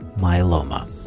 myeloma